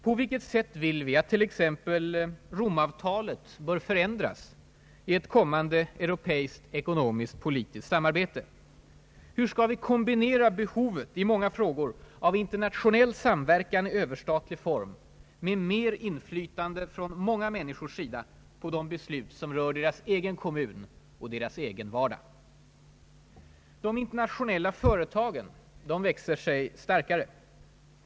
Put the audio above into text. På vilket sätt vill vi att t.ex. Romavtalet bör förändras i ett kommande europeiskt ekonomisk-politiskt samarbete? Hur skall vi kombinera behovet i många frågor av internationell samverkan i överstatlig form med mer inflytande från människornas sida på de beslut som rör deras egen kommun och deras egen vardag? De internationella företagen växer sig starkare.